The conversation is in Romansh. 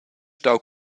stau